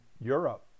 Europe